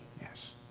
Yes